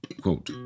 Quote